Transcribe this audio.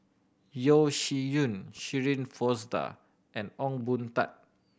Yeo Shih Yun Shirin Fozdar and Ong Boon Tat